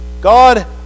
God